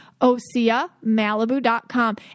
oseamalibu.com